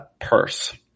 purse